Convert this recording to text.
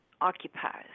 Occupies